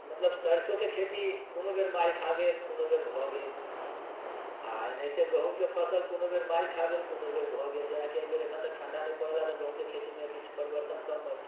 मतलब सरिसोके खेती कोनो बेर मारि खा गेल कोनो बेर भऽ गेल आओर एनाहिते गहुमके फसल कोनो बेर मारि खा गेल कोनो बेर भऽ गेल जेना की अइ बेर एखन तक ठण्डा नहि पड़लहँ तऽ गहुमके खेतीमे किछु परिवर्तन कम अइ